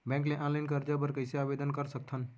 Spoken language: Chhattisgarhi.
बैंक ले ऑनलाइन करजा बर कइसे आवेदन कर सकथन?